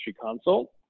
consult